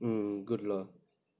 mm good lah